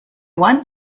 one